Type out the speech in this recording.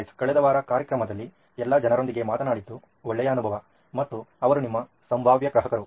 guys ಕಳೆದ ವಾರ ಕಾರ್ಯಕ್ರಮದಲ್ಲಿ ಎಲ್ಲ ಜನರೊಂದಿಗೆ ಮಾತನಾಡಿದ್ದು ಒಳ್ಳೆಯ ಅನುಭವ ಮತ್ತು ಅವರು ನಿಮ್ಮ ಸಂಭಾವ್ಯ ಗ್ರಾಹಕರು